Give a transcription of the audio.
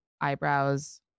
eyebrows